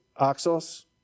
oxos